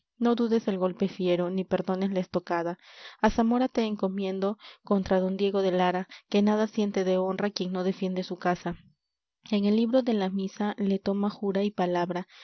no dudes el golpe fiero ni perdones la estocada á zamora te encomiendo contra don diego de lara que nada siente de honra quien no defiende su casa en el libro de la misa le toma jura y palabra